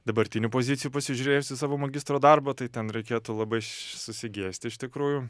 dabartinių pozicijų pasižiūrėjus į savo magistro darbą tai ten reikėtų labai š susigėsti iš tikrųjų